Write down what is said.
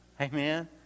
Amen